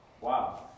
Wow